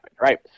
right